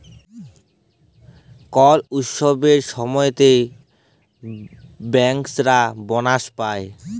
call উৎসবের ছময়তে ব্যাংকার্সরা বলাস পায়